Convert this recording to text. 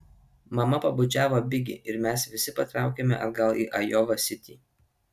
mama pabučiavo bigi ir mes visi patraukėme atgal į ajova sitį